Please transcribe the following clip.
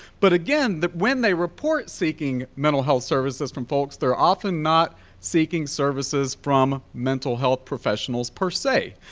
but again when they report seeking mental health services from folks, they're often not seeking services from mental health professionals per se.